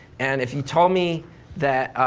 and if you told me that,